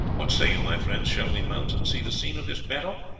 what say you, my friends, shall we mount and see the scene of this battle?